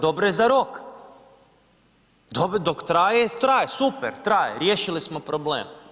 Dobro je za rok, dok traje traje, super, traje, riješili smo problem.